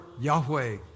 Yahweh